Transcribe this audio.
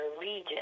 region